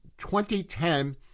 2010